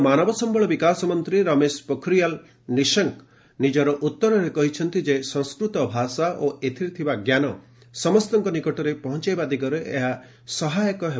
କେନ୍ଦ୍ର ମାନବ ସମ୍ଭଳ ବିକାଶମନ୍ତ୍ରୀ ରମେଶ ପୋଖରିଆଲ ନିଶଙ୍କ ନିଜର ଉତ୍ତରରେ କହିଛନ୍ତି ଯେ ସଂସ୍କୃତ ଭାଷା ଓ ଏଥିରେ ଥିବା ଜ୍ଞାନ ସମସ୍ତଙ୍କ ନିକଟରେ ପହଞ୍ଚାଇବା ଦିଗରେ ଏହା ସହାୟକ ହେବ